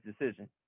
decision